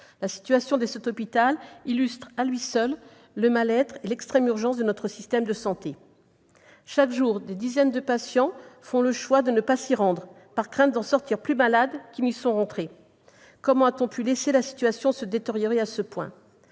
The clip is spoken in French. de Pointe-à-Pitre. Cet hôpital illustre à lui seul le mal-être et l'extrême urgence de notre système de santé : chaque jour, des dizaines de patients font le choix de ne pas s'y rendre, par crainte d'en sortir plus malades qu'ils n'y seraient entrés ... Comment a-t-on pu laisser la situation se détériorer à ce point ?